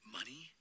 Money